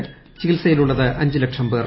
ച്ചിക്ടിത്സയിലുള്ളത് അഞ്ചുലക്ഷം പേർ